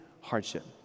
hardship